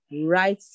right